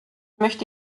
möchte